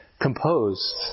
composed